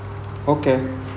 okay